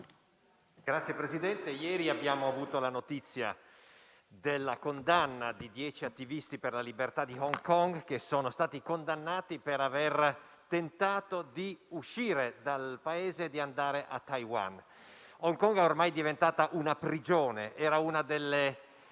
Signor Presidente, ieri abbiamo avuto la notizia della condanna di dieci attivisti per la libertà di Hong Kong, per aver tentato di uscire dal Paese e di andare a Taiwan. Hong Kong è ormai diventata una prigione. Era uno dei